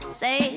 say